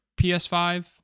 PS5